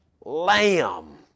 Lamb